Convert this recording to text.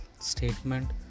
Statement